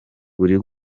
buri